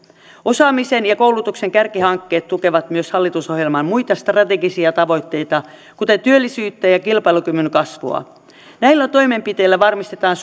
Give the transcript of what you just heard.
osaamisen ja koulutuksen kärkihankkeet tukevat myös hallitusohjelman muita strategisia tavoitteita kuten työllisyyttä ja kilpailukyvyn kasvua näillä toimenpiteillä varmistetaan